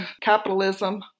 capitalism